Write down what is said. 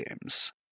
Games